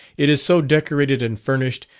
it is so decorated and furnished,